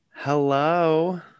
Hello